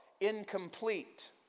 incomplete